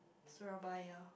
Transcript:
Surabaya